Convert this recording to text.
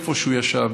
איפה שהוא ישב,